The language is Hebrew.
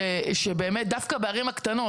דווקא בערים הקטנות,